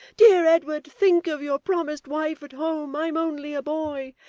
dear edward, think of your promised wife at home. i'm only a boy.